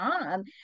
on